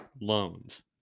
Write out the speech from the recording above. loans